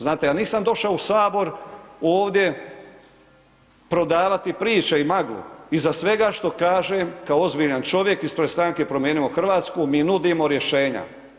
Znate, ja nisam došao u HS ovdje prodavati priče i maglu, iza svega što kažem kao ozbiljan čovjek ispred Stranke promijenimo Hrvatsku, mi nudimo rješenja.